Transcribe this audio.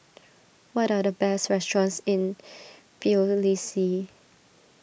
what are the best restaurants in Tbilisi